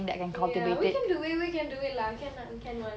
ya we can do it we can do it lah can lah can [one]